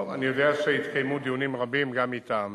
טוב, אני יודע שהתקיימו דיונים רבים גם אתם.